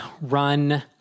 run